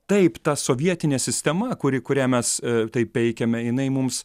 taip ta sovietinė sistema kuri kurią mes taip peikiame jinai mums